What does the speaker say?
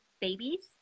babies